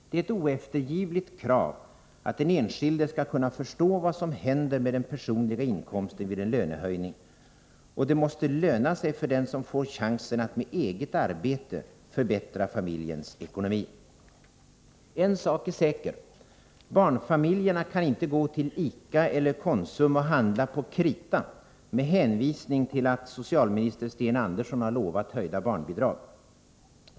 Det är ett oeftergivligt krav att den enskilde skall kunna förstå vad som händer med den personliga inkomsten vid en lönehöjning. Och det måste löna sig för den som får chansen att med eget arbete förbättra familjens ekonomi. En sak är säker: barnfamiljerna kan inte gå till ICA eller Konsum och handla på krita med hänvisning till att socialminister Sten Andersson har lovat höjda barnbidrag.